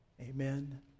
Amen